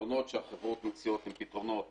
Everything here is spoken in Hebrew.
הפתרונות שהחברות מציעות הם פתרונות